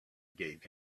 gave